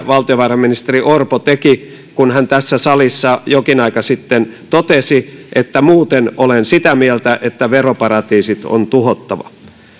valtiovarainministeri orpo teki kun hän tässä salissa jokin aika sitten totesi että muuten olen sitä mieltä että veroparatiisit on tuhottava